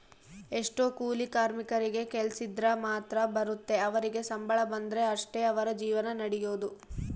ಎಷ್ಟೊ ಕೂಲಿ ಕಾರ್ಮಿಕರಿಗೆ ಕೆಲ್ಸಿದ್ರ ಮಾತ್ರ ಬರುತ್ತೆ ಅವರಿಗೆ ಸಂಬಳ ಬಂದ್ರೆ ಅಷ್ಟೇ ಅವರ ಜೀವನ ನಡಿಯೊದು